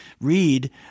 read